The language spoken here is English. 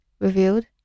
revealed